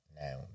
Now